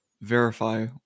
verify